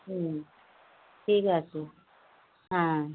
হুম ঠিক আছে হ্যাঁ